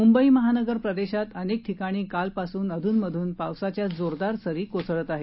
मुंबई महानगर प्रदेशात अनेक ठिकाणी कालपासून अधूनमधून पावसाच्या जोरदार सरी कोसळत आहेत